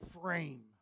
frame